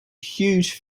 huge